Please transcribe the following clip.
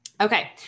Okay